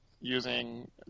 using